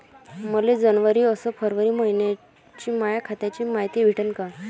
मले जनवरी अस फरवरी मइन्याची माया खात्याची मायती भेटन का?